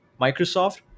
Microsoft